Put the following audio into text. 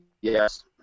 Yes